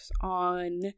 on